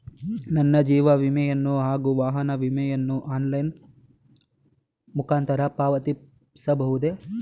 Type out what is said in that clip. ನನ್ನ ಜೀವ ವಿಮೆಯನ್ನು ಹಾಗೂ ವಾಹನ ವಿಮೆಯನ್ನು ಆನ್ಲೈನ್ ಮುಖಾಂತರ ಪಾವತಿಸಬಹುದೇ?